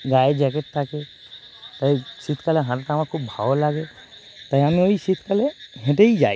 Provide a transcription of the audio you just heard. গায়ে জ্যাকেট থাকে তাই শীতকালে হাঁটাটা আমার খুব ভালো লাগে তাই আমি ওই শীতকালে হেঁটেই যাই